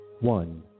one